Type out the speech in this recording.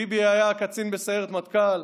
ביבי היה קצין בסיירת מטכ"ל,